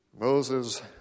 Moses